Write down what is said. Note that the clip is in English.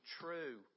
true